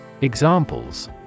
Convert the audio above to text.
Examples